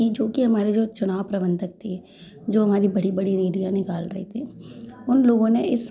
कि जोकि हमारे जो चुनाव प्रबंधक थे जो हमारी बड़ी बड़ी रैलियां निकाल रहे थे उन लोगों ने इस